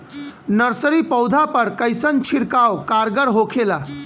Nursery पौधा पर कइसन छिड़काव कारगर होखेला?